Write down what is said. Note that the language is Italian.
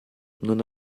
non